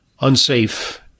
unsafe